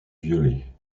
violées